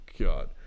god